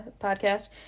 podcast